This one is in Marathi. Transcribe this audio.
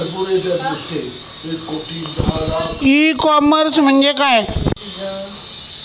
ई कॉमर्स म्हणजे काय?